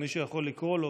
אם מישהו יכול לקרוא לו,